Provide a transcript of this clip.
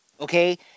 okay